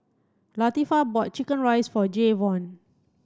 Latifah bought chicken rice for Jayvon